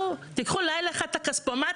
תיקחו לילה אחד את הכספומטים